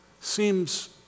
seems